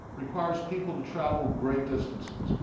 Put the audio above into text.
requires people to travel great distances,